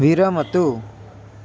विरमतु